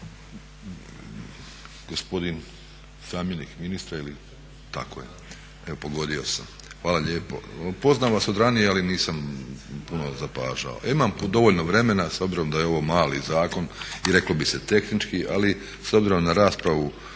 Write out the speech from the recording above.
gospodin zamjenik ministra ili? Tako je, evo pogodio sam. Hvala lijepo, poznam vas od ranije ali nisam puno zapažao. Imam dovoljno vremena s obzirom da je ovo mali zakon i reklo bi se tehnički ali s obzirom na raspravu